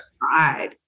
Pride